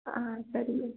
ಹಾಂ ಸರಿ ಮ್ಯಾಮ್